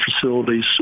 facilities